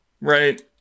right